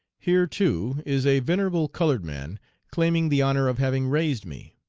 here, too, is a venerable colored man claiming the honor of having raised me.